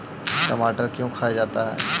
टमाटर क्यों खाया जाता है?